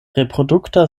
reprodukta